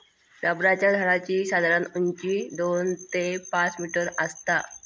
रबराच्या झाडाची साधारण उंची दोन ते पाच मीटर आसता